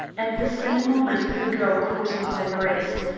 at the same moment the girl caught him by the wrist.